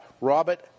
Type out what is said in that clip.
Robert